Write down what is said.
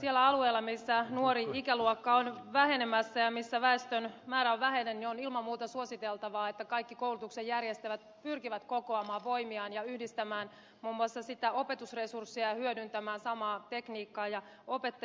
niillä alueilla missä nuori ikäluokka on vähenemässä ja missä väestön määrä on vähäinen on ilman muuta suositeltavaa että kaikki koulutuksen järjestäjät pyrkivät kokoamaan voimiaan ja yhdistämään muun muassa opetusresursseja hyödyntämään samaa tekniikkaa ja opettajia